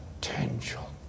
potential